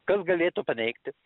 kas galėtų paneigti